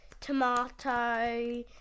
tomato